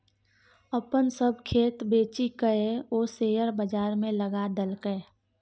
अपन सभ खेत बेचिकए ओ शेयर बजारमे लगा देलकै